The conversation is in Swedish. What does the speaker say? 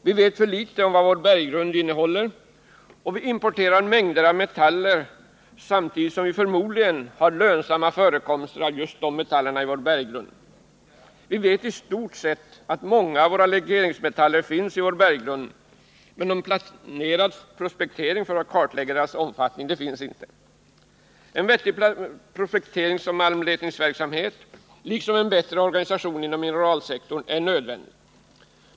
Vi vet för litet om vad vår berggrund innehåller, och vi importerar mängder av metaller, trots att vi förmodligen har lönsamma förekomster av just de metallerna i vår berggrund. I stort sett vet vi att många av våra legeringsmetaller finns i vår berggrund, men någon planerad prospektering för att klarlägga deras omfattning finns inte. En vettig prospekteringsoch malmletningsverksamhet liksom en bättre organisation inom mineralsektorn är nödvändig.